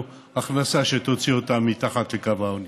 הכנסה שתוציא אותם מתחת לקו העוני.